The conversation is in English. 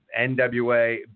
NWA